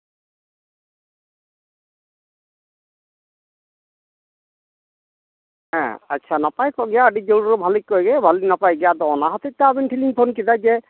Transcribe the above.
ᱦᱮᱸ ᱟᱪᱪᱷᱟ ᱱᱟᱯᱟᱭ ᱠᱚᱜ ᱜᱮᱭᱟ ᱟᱹᱰᱤ ᱡᱳᱨ ᱵᱷᱟᱹᱞᱤ ᱠᱚᱜ ᱜᱮᱭᱟ ᱵᱷᱟᱹᱞᱤ ᱱᱟᱯᱟᱭ ᱜᱮ ᱟᱫᱚ ᱚᱱᱟ ᱦᱚᱛᱮᱡᱛᱮ ᱟᱵᱮᱱ ᱴᱷᱮᱱᱤᱧ ᱯᱷᱳᱱ ᱠᱮᱫᱟ ᱡᱮ